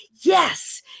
yes